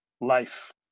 life